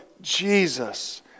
Jesus